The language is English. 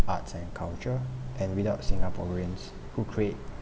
arts and culture and without the singaporeans who create